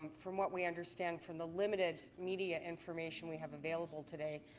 from what we understand from the limited media information we have available today,